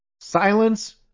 Silence